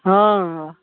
हाँ